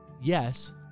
Yes